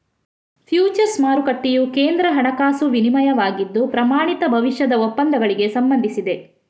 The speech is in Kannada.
ಫ್ಯೂಚರ್ಸ್ ಮಾರುಕಟ್ಟೆಯು ಕೇಂದ್ರ ಹಣಕಾಸು ವಿನಿಮಯವಾಗಿದ್ದು, ಪ್ರಮಾಣಿತ ಭವಿಷ್ಯದ ಒಪ್ಪಂದಗಳಿಗೆ ಸಂಬಂಧಿಸಿದೆ